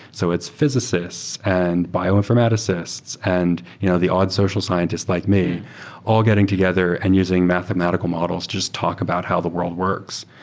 so it's physicists and bioinformaticists, and you know the odd social scientist like me all getting together and using mathematical models. just talk about how the world works.